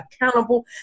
accountable